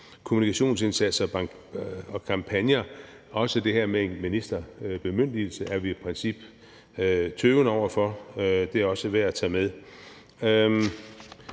kommunikationsindsats og kampagner. Også det her med en ministerbemyndigelse er vi af princip tøvende over for. Det er også værd at tage med.